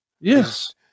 Yes